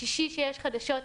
כשיש חדשות בשישי,